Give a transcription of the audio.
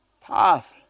path